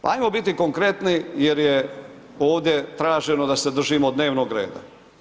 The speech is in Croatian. Pa ajmo biti konkretni jer je ovdje traženo da se držimo dnevnog reda.